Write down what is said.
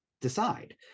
decide